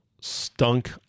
stunk